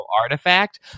artifact